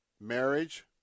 marriage